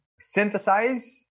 synthesize